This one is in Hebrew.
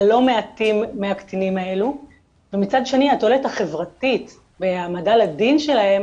הלא מעטים מהקטינים האלו ומצד שני התועלת החברתית בהעמדה לדין שלהם